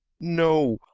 no,